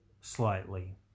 slightly